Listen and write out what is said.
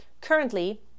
currently